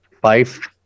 five